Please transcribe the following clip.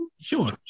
sure